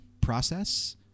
process